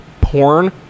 porn